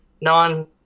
non-